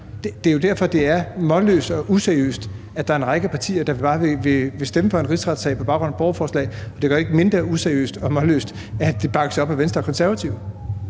det er hovedløst og useriøst, at der er en række partier, der bare vil stemme for en rigsretssag på baggrund af et borgerforslag, og det gør det ikke mindre useriøst og hovedløst, at det bakkes op af Venstre og Konservative.